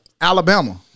Alabama